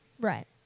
Right